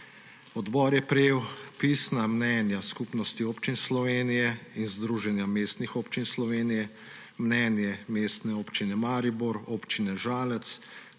Odbor je prejel pisna mnenja Skupnosti občin Slovenije in Združenja mestnih občin Slovenije, mnenje Mestne občine Maribor, Občine Žalec